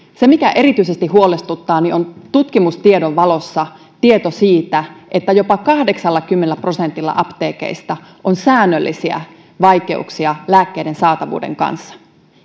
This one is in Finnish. se mikä erityisesti huolestuttaa on tutkimustiedon valossa tieto siitä että jopa kahdeksallakymmenellä prosentilla apteekeista on säännöllisiä vaikeuksia lääkkeiden saatavuuden kanssa